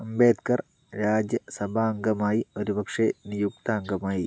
അംബേദ്കർ രാജ്യ സഭാംഗമായി ഒരു പക്ഷേ നിയുക്ത അംഗമായി